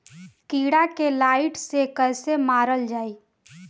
कीड़ा के लाइट से कैसे मारल जाई?